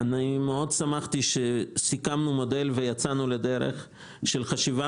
אני מאוד שמחתי שסיכמנו מודל ויצאנו לדרך של חשיבה